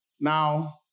now